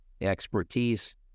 expertise